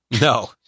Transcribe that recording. No